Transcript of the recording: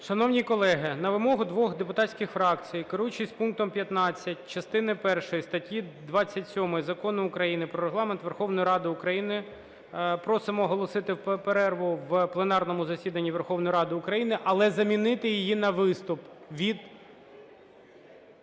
Шановні колеги! На вимогу двох депутатських фракцій: "Керуючись пунктом 15 частини першої статті 27 Закону України "Про Регламент Верховної Ради України", просимо оголосити перерву в пленарному засіданні Верховної Ради України, але замінити її на виступ від…"